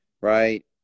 right